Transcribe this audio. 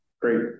Great